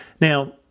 Now